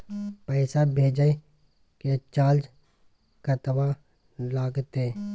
पैसा भेजय के चार्ज कतबा लागते?